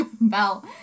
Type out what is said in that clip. bell